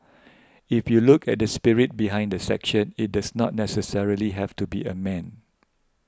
if you look at the spirit behind the section it does not necessarily have to be a man